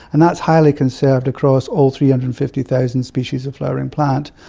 and that's highly conserved across all three hundred and fifty thousand species of flowering plant.